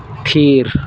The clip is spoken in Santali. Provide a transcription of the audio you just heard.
ᱯᱷᱤᱨ